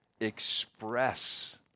express